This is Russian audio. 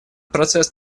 процесс